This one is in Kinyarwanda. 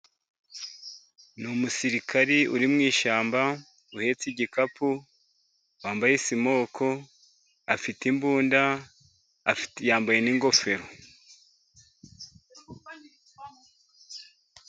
Ni umusirikari uri mu ishyamba ,uhetse igikapu ,wambaye simoko. Afite imbunda yambaye n'ingofero.